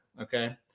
Okay